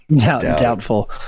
Doubtful